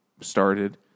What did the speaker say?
started